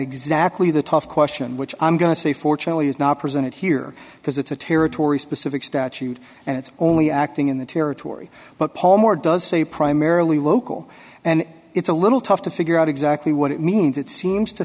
exactly the tough question which i'm going to say fortunately is not presented here because it's a territory specific statute and it's only acting in the territory but paul moore does say primarily local and it's a little tough to figure out exactly what it means it seems to